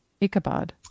Ichabod